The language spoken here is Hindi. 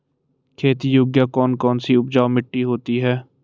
खेती योग्य कौन कौन सी उपजाऊ मिट्टी होती है?